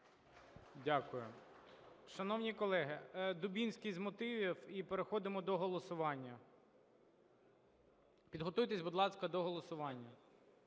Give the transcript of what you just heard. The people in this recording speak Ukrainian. Дякую. Шановні колеги! Дубінський - з мотивів. І переходимо до голосування. Підготуйтесь, будь ласка, до голосування.